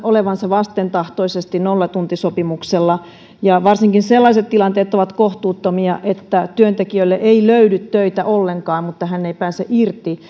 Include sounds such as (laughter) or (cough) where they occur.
olevansa vastentahtoisesti nollatuntisopimuksella ja varsinkin sellaiset tilanteet ovat kohtuuttomia että työntekijälle ei löydy töitä ollenkaan mutta hän ei pääse irti (unintelligible)